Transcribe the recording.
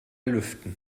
lüften